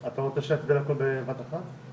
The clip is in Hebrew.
כן, אתה רוצה שנצביע על הכל בבת אחת?